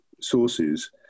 sources